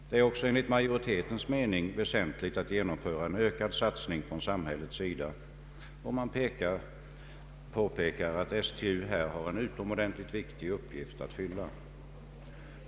Det är också enligt majoritetens mening väsentligt att genomföra en ökad satsning från samhällets sida, och man påpekar att STU här har en utomordentligt viktig uppgift att fylla.